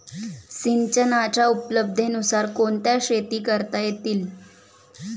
सिंचनाच्या उपलब्धतेनुसार कोणत्या शेती करता येतील?